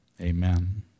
Amen